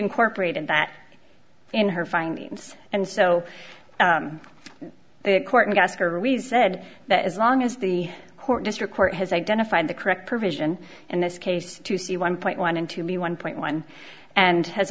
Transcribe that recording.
incorporated that in her findings and so the court asked her resisted that as long as the court district court has identified the correct provision in this case to see one point one and two b one point one and has